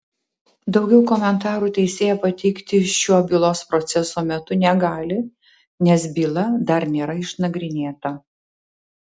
daugiau komentarų teisėja pateikti šiuo bylos proceso metu negali nes byla dar nėra išnagrinėta